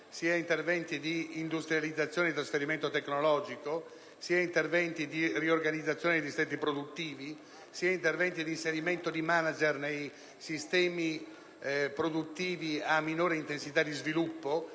interventi di industrializzazione e trasferimento tecnologico, sia interventi di riorganizzazione di siti produttivi, sia interventi di inserimento di *manager* nei sistemi produttivi a minore intensità di sviluppo.